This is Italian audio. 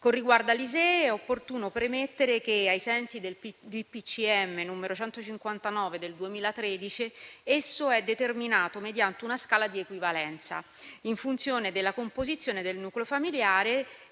Con riguardo all'ISEE, è opportuno premettere che, ai sensi del DPCM n. 159 del 2013, esso è determinato mediante una scala di equivalenza in funzione della composizione del nucleo familiare